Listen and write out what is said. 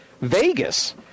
Vegas